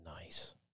Nice